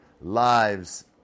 lives